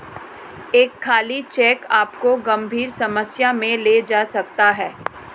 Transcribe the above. एक खाली चेक आपको गंभीर समस्या में ले जा सकता है